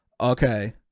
Okay